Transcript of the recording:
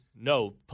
no